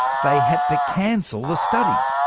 they had to cancel the study.